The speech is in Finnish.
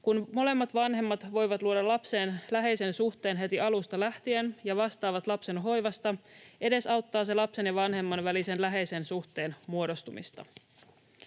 Kun molemmat vanhemmat voivat luoda lapseen läheisen suhteen heti alusta lähtien ja vastaavat lapsen hoivasta, edesauttaa se lapsen ja vanhemman välisen läheisen suhteen muodostumista.